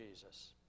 Jesus